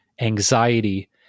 anxiety